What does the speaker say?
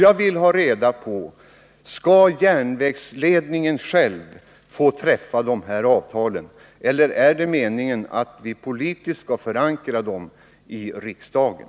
Jag vill också få reda på om järnvägsledningen själv skall få träffa sådana avtal eller om det är meningen att de politiskt skall förankras i riksdagen.